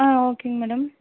ஆ ஓகேங்க மேடம்